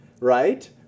right